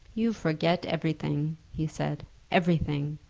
you forget everything, he said everything.